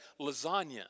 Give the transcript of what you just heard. lasagna